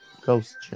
ghost